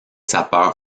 sapeurs